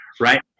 right